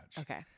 Okay